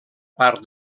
part